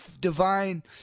divine